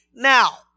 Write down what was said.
Now